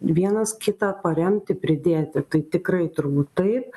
vienas kitą paremti pridėti tai tikrai turbūt taip